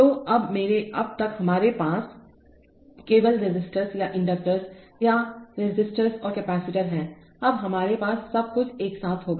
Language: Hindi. तो अभी तक हमारे पास केवल रेसिस्टर्स और इंडक्टर्स या रेसिस्टर्स और कैपेसिटर हैं अब हमारे पास सब कुछ एक साथ होगा